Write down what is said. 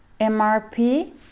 MRP